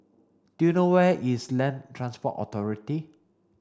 do you know where is Land Transport Authority